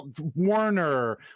Warner